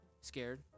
scared